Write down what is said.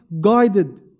guided